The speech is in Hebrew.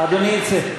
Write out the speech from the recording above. אדוני יֵצא.